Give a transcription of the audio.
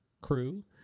crew